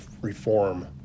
reform